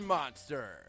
Monster